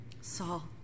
Saul